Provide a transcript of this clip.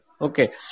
Okay